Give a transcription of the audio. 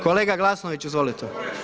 Kolega Glasnović izvolite.